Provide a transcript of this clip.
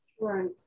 Right